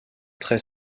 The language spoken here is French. très